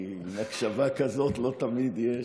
כי הקשבה כזאת לא תמיד יש.